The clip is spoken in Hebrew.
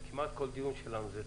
כמו שקורה כמעט בכל דיון שלנו.